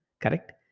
Correct